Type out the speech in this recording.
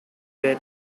get